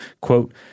quote